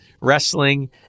wrestling